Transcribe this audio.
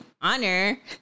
honor